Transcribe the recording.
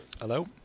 Hello